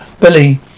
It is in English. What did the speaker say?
Billy